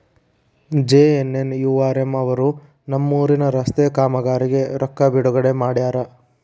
JNNURM ಅವರು ನಮ್ಮೂರಿನ ರಸ್ತೆ ಕಾಮಗಾರಿಗೆ ರೊಕ್ಕಾ ಬಿಡುಗಡೆ ಮಾಡ್ಯಾರ